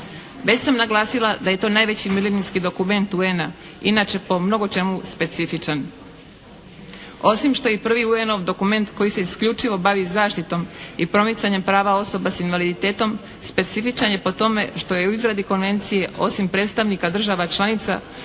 Već sam naglasila da je to najveći milenijski dokument UN-a inače po mnogo čemu specifičan. Osim što i prvi UN-ov dokument koji se isključivo bavi zaštitom i promicanjem prava osoba s invaliditetom specifičan je po tome što je u izradi konvencije osim predstavnika država članica